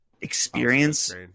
experience